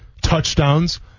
touchdowns